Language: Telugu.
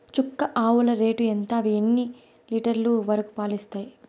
చుక్క ఆవుల రేటు ఎంత? అవి ఎన్ని లీటర్లు వరకు పాలు ఇస్తాయి?